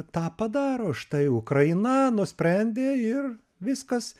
tą padaro štai ukraina nusprendė ir viskas